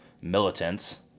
militants